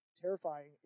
terrifying